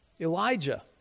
Elijah